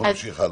נמשיך הלאה.